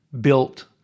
built